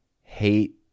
hate